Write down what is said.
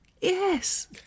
Yes